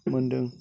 मोन्दों